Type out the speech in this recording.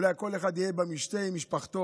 אולי כל אחד יהיה במשתה עם משפחתו,